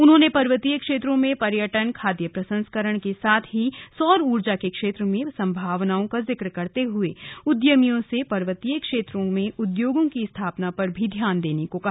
उन्होंने पर्वतीय क्षेत्रों में पर्यटन खाद्य प्रसंस्करण के साथ ही सौर उर्जा के क्षेत्र में संभावनाओं का जिक्र करते हुए उद्यमियों से पर्वतीय क्षेत्रों में उद्योगों की स्थापना पर भी ध्यान देने को कहा